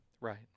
Right